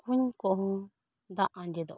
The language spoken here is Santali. ᱠᱩᱸᱧ ᱠᱚᱦᱚᱸ ᱫᱟᱜ ᱟᱸᱡᱮᱫᱚᱜ ᱠᱟᱱᱟ